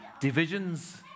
divisions